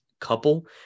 couple